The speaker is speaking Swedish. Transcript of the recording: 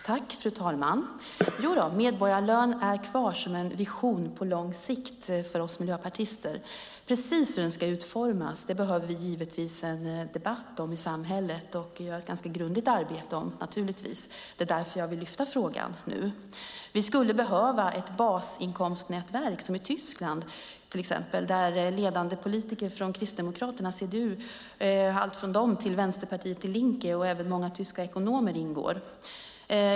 Fru talman! Jodå, medborgarlön är kvar som en vision på lång sikt för oss miljöpartister. Precis hur den ska utformas behöver vi givetvis en debatt om i samhället och göra ett ganska grundligt arbete om. Det är därför jag vill lyfta denna fråga nu. Vi skulle behöva ett basinkomstnätverk som i Tyskland. Där ingår ledande politiker från alltifrån kristdemokraterna CDU, till vänsterpartiet Die Linke, och även många tyska ekonomer ingår.